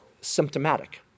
symptomatic